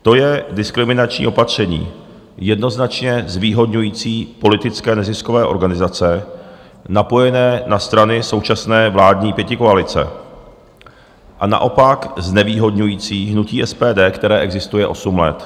To je diskriminační opatření jednoznačně zvýhodňující politické neziskové organizace napojené na strany současné vládní pětikoalice a naopak znevýhodňující hnutí SPD, které existuje osm let.